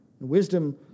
Wisdom